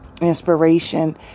inspiration